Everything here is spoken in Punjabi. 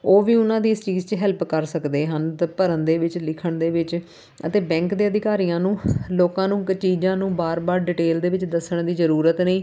ਉਹ ਵੀ ਉਨ੍ਹਾਂ ਦੀ ਇਸ ਚੀਜ਼ 'ਚ ਹੈਲਪ ਕਰ ਸਕਦੇ ਹਨ ਤਾਂ ਭਰਨ ਦੇ ਵਿੱਚ ਲਿਖਣ ਦੇ ਵਿੱਚ ਅਤੇ ਬੈਂਕ ਦੇ ਅਧਿਕਾਰੀਆਂ ਨੂੰ ਲੋਕਾਂ ਨੂੰ ਕ ਚੀਜ਼ਾਂ ਨੂੰ ਵਾਰ ਵਾਰ ਡਟੇਲ ਦੇ ਵਿੱਚ ਦੱਸਣ ਦੀ ਜ਼ਰੂਰਤ ਨਹੀਂ